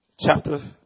chapter